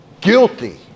guilty